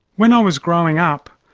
when i was growing up,